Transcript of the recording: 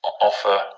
offer